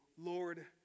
Lord